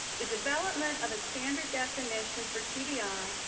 the development of a standard definition for tbi,